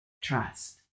trust